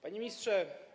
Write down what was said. Panie Ministrze!